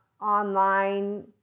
online